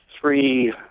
three